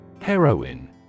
Heroin